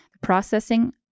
processing